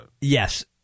Yes